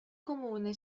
comune